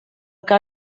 que